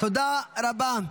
תודה רבה.